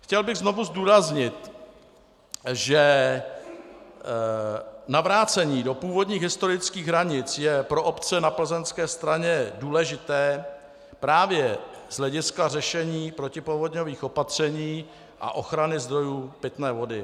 Chtěl bych znovu zdůraznit, že navrácení do původních historických hranic je pro obce na plzeňské straně důležité právě z hlediska řešení protipovodňových opatření a ochrany zdrojů pitné vody.